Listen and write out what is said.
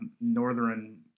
northern